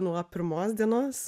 nuo pirmos dienos